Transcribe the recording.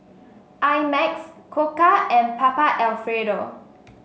I Max Koka and Papa Alfredo